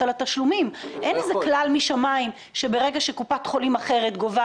אחד אתם באוטומט חייבים לקבל אישור מוועדת כספים גם ל-30 שקלים.